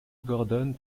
gordon